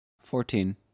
Fourteen